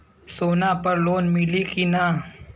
सोना पर लोन मिली की ना?